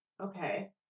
okay